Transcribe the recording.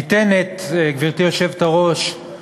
ניתנת, גברתי היושבת-ראש,